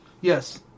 Yes